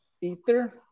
ether